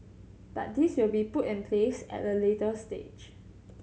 but these will be put in place at a later stage